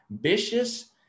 vicious